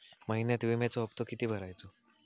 महिन्यात विम्याचो हप्तो किती भरायचो?